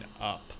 up